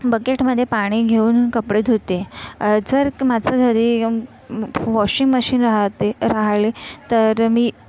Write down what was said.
बकेटमध्ये पाणी घेऊन कपडे धुते जर का माझ्या घरी वॉशिंग मशीन रहाते राहिली तर मी